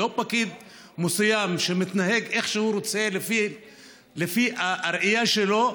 כל פקיד מסוים שמתנהג איך שהוא רוצה לפי הראייה שלו,